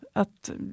att